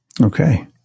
Okay